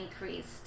increased